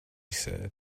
said